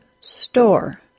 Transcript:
STORE